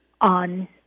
on